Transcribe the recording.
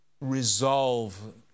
resolve